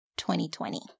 2020